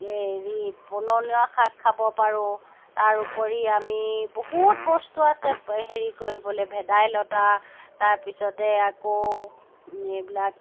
হেৰি পনৌনোৱা শাক খাব পাৰোঁ তাৰ উপৰি আমি বহুত বস্তু আছে হেৰি কৰিবলৈ ভেদাইলতা তাৰপিছতে আকৌ এইবিলাক